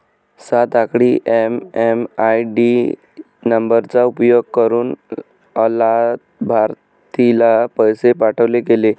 सात आकडी एम.एम.आय.डी नंबरचा उपयोग करुन अलाभार्थीला पैसे पाठवले गेले